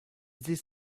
this